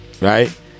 right